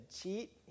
cheat